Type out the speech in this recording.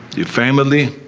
your family,